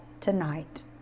tonight